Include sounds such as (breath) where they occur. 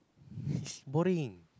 (breath) boring